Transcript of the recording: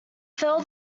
fell